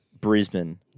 Brisbane